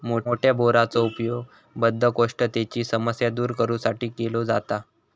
मोठ्या बोराचो उपयोग बद्धकोष्ठतेची समस्या दूर करू साठी केलो जाता